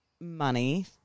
money